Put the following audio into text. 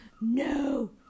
no